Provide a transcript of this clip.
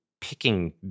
picking